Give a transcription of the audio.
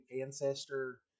ancestor